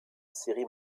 série